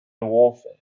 warfare